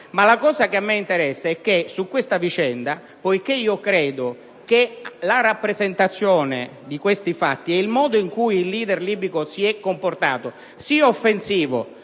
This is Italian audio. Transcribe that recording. Ma ciò che a me più interessa di questa vicenda, poiché credo che la rappresentazione di questi fatti e il modo in cui il leader libico si è comportato sia offensivo